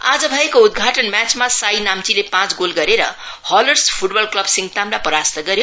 आज भएको उदघाटन म्याचमा साई नाम्चीले पाँच गोल गरेर हाउलर्स फूटबल क्लब सिङ्तामलाई परास्त गर्यो